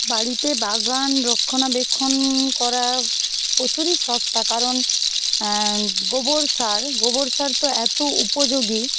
বাড়িতে বাগান রক্ষণাবেক্ষণ করা প্রচুরই সস্তা কারণ গোবর সার গোবর সার তো এতো উপযোগী